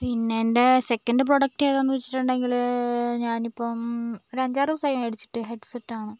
പിന്നെൻ്റേ second product എതാന്ന് വെച്ചിട്ടുണ്ടെങ്കിൽ ഞാനിപ്പം ഒരഞ്ചാറ് ദിവസമായി മെടിച്ചിട്ട് ഹെഡ് സെറ്റ് ആണ്